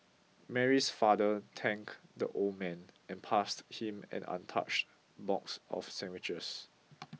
Mary's father thanked the old man and passed him an untouched box of sandwiches